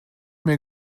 mir